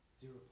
Zero